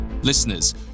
Listeners